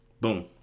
Boom